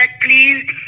please